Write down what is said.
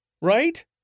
Right